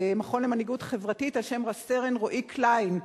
מכון למנהיגות חברתית על שם רב-סרן רועי קליין,